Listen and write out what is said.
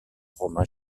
romain